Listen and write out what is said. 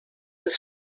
des